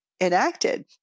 enacted